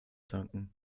danken